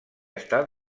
estat